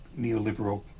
neoliberal